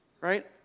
right